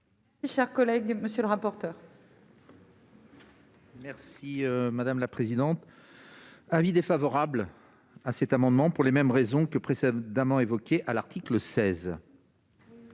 Chers collègues, monsieur le rapporteur. Merci madame la présidente, avis défavorable à cet amendement pour les mêmes raisons que précédemment évoquées à l'article 16.